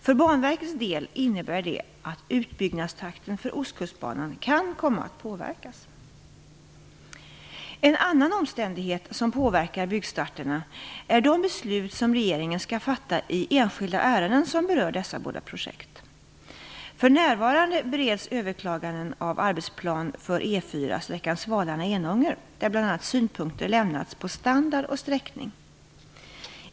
För Banverkets del innebär det att utbyggnadstakten för Ostkustbanan kan komma att påverkas. En annan omständighet som påverkar byggstarterna är de beslut som regeringen skall fatta i enskilda ärenden som berör dessa båda projekt. För närvarande bereds överklaganden av arbetsplan för E 4 sträckan Svalarna-Enånger där bl.a. synpunkter lämnats på standard och sträckning.